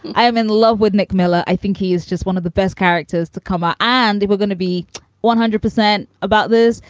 i'm in love with nick miller. i think he is just one of the best characters to come out. and we're gonna be one hundred percent about this.